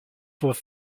soient